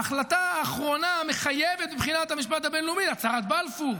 ההחלטה האחרונה המחייבת מבחינת המשפט הבין-לאומי היא הצהרת בלפור,